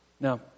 Now